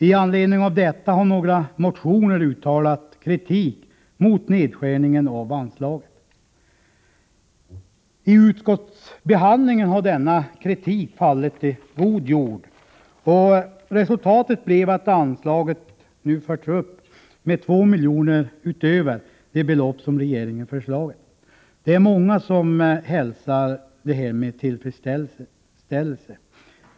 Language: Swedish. I anledning av detta har det i några motioner uttalats kritik mot nedskärningen av anslaget. Vid utskottsbehandlingen har denna kritik fallit i god jord, och resultatet blev att anslaget nu höjts med 2 milj.kr. utöver det belopp som regeringen föreslagit. Det är många som hälsar detta med tillfredsställelse.